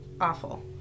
awful